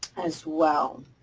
as well.